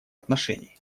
отношений